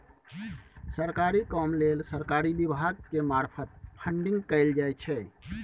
सरकारी काम लेल सरकारी विभाग के मार्फत फंडिंग कएल जाइ छै